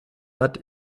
hat